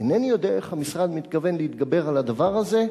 אינני יודע איך המשרד מתכוון להתגבר על הדבר הזה.